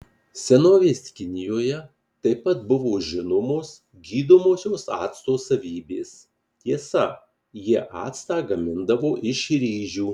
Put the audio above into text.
senovės kinijoje taip pat buvo žinomos gydomosios acto savybės tiesa jie actą gamindavo iš ryžių